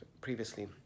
previously